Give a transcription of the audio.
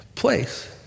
place